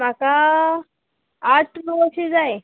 म्हाका आठ णव अशे जाय